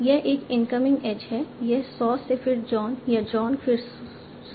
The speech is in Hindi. यह एक इनकमिंग एज है यह सॉ से फिर जॉन या जॉन फिर सॉ